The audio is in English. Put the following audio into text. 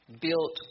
built